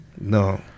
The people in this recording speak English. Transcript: No